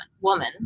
woman